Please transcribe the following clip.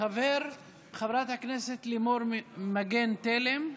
חברת הכנסת לימור מגן תלם,